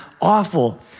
awful